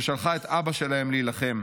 ששלחה את אבא שלהם להילחם.